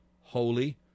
holy